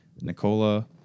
Nicola